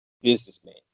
businessman